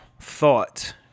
thought